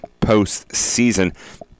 postseason